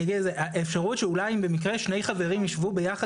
האפשרות שאולי במקרה שני חברים ישבו ביחד